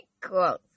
Cool